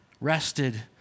rested